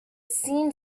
seemed